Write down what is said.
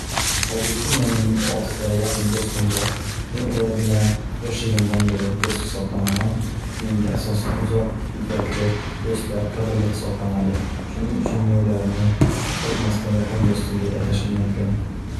Hozirgi kunda mening oltita yaqin do'stim bor, men ular bilan yoshligimdan beri do'st hisoblanaman. Menga asosan uzoq muddatli do'stlar qadrli hisoblanadi. Shuning uchun men ularni qo'rqmasdan yaqin do'stim deb atashim mumkin.